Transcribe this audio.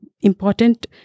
important